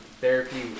therapy